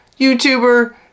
YouTuber